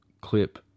clip